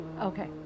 Okay